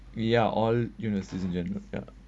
we are all university student ya